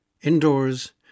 Indoors